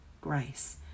Grace